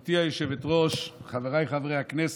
גברתי היושבת-ראש, חבריי חברי הכנסת,